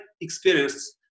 experience